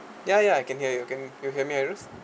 ya ya I can hear you can you help me aresh